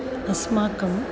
अस्माकम्